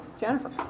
Jennifer